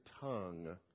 tongue